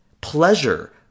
pleasure